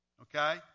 okay